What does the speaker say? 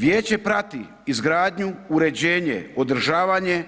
Vijeće prati izgradnju, uređenje, održavanje